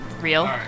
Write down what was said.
real